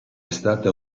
estate